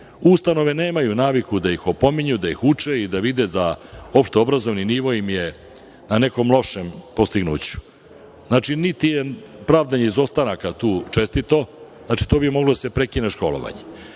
Ustanove nemaju naviku da ih opominju, da ih učei da vide, opšte obrazovni nivo im je na nekom lošem dostignuću. Znači, niti je pravde izostanaka tu čestito. To bi moglo da se prekine školovanje.